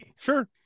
Sure